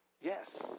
Yes